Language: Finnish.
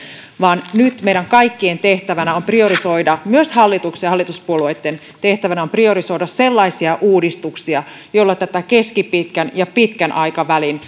vaan nyt meidän kaikkien tehtävänä on priorisoida myös hallituksen ja hallituspuolueitten tehtävänä on priorisoida sellaisia uudistuksia joilla tätä keskipitkän ja pitkän aikavälin